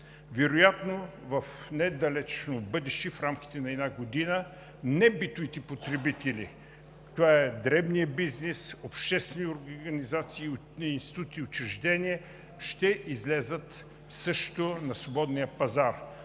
Вероятно в недалечно бъдеще, в рамките на една година небитовите потребители – това е дребният бизнес, обществени организации, институти, учреждения – ще излязат също на свободния пазар,